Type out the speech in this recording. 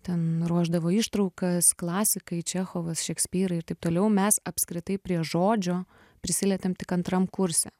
ten ruošdavo ištraukas klasikai čechovas šekspyrai ir taip toliau mes apskritai prie žodžio prisilietėm tik antram kurse